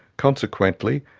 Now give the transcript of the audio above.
consequently,